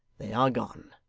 they are gone